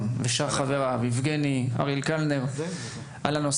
ולחברי הכנסת: יבגני סובה ואריאל קלנר,